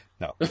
No